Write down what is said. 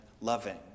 loving